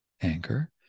anchor